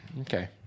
Okay